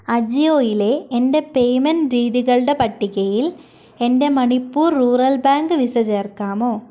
അജിയോയിലെ എൻ്റെ പേയ്മെന്റ് രീതികളുടെ പട്ടികയിൽ എൻ്റെ മണിപ്പൂർ റൂറൽ ബാങ്ക് വിസ ചേർക്കാമോ